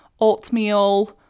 oatmeal